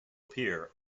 appear